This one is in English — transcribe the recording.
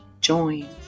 join